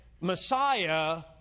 Messiah